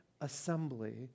assembly